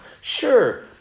Sure